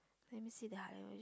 let me see the